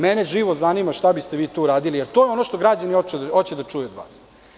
Mene živo zanima šta biste vi tu uradili, jer to je ono što građani hoće da čuju od vas.